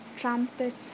trumpets